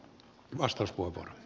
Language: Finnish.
arvoisa puhemies